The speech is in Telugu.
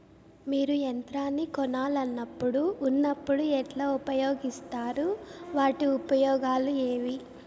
మీరు యంత్రాన్ని కొనాలన్నప్పుడు ఉన్నప్పుడు ఎట్లా ఉపయోగిస్తారు వాటి ఉపయోగాలు ఏవి?